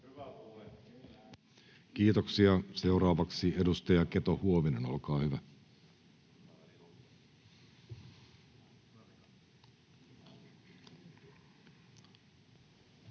Kiitoksia. — Seuraavaksi edustaja Pitko, olkaa hyvä.